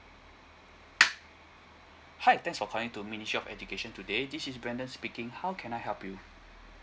hi thanks for calling to ministry of education today this is brendon speaking how can I help you